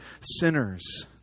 sinners